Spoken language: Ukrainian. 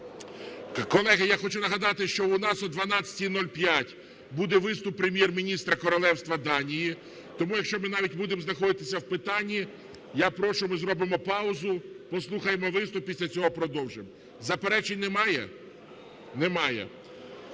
Колеги, я хочу нагадати, що у нас о 12:05 буде виступ Прем'єр-міністра Королівства Данії. Тому, якщо ми навіть будемо знаходитися в питанні, я прошу, ми зробимо паузу, послухаємо виступ, після цього продовжимо. Заперечень немає? Немає.